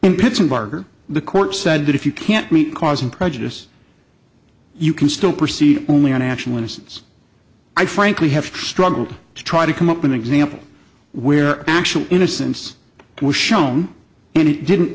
in pittsburgh or the court said that if you can't meet causing prejudice you can still proceed only on actual innocence i frankly have struggled to try to come up an example where actual innocence was shown and it didn't